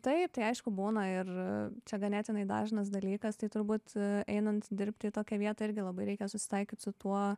taip tai aišku būna ir čia ganėtinai dažnas dalykas tai turbūt einant dirbti į tokią vietą irgi labai reikia susitaikyt su tuo